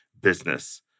business